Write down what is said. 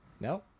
No